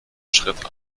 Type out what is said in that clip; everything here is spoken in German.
schritt